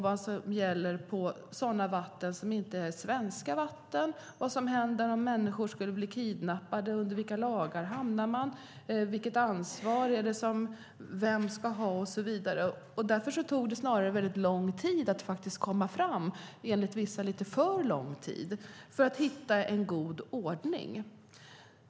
Vad gäller på vatten som inte är svenska? Vad händer om människor skulle bli kidnappade? Under vilka lagar hamnar man? Vilket ansvar vilar på vem? Den typen av frågor har vi försökt besvara. Därför tog det lång tid att komma fram till en god ordning, enligt vissa lite för lång tid.